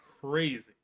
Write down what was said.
crazy